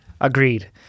Agreed